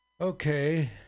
Okay